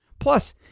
Plus